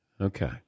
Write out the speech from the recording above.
Okay